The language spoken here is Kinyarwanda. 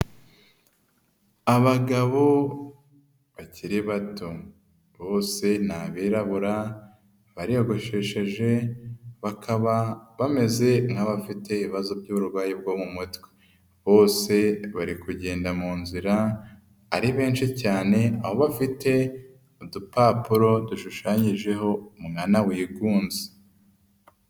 Abagabo bakiri bato, bose ni abirabura, bariyogoshesheje, bakaba bameze nk'abafite ibibazo by'uburwayi bwo mu mutwe, bose bari kugenda mu nzira, ari benshi cyane, aho bafite udupapuro dushushanyijeho umwana wigunze.